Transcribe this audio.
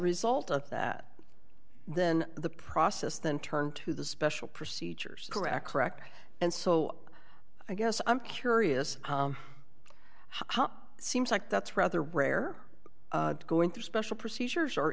result of that then the process then turned to the special procedures correct correct and so i guess i'm curious how seems like that's rather rare going through special procedures or